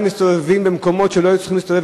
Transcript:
מסתובבים במקומות שלא היו צריכים להסתובב,